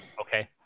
Okay